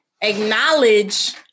acknowledge